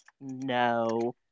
No